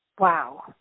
Wow